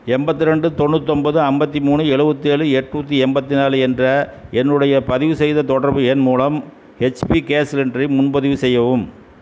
எண்பத்தி ரெண்டு தொண்ணூத்தொம்போது ஐம்பத்தி மூணு எழுவத்தேழு எண்ணூத்தி எண்பத்தி நாலு என்ற என்னுடைய பதிவுசெய்த தொடர்பு எண் மூலம் ஹெச்பி கேஸ் சிலிண்டரை முன்பதிவு செய்யவும்